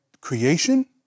creation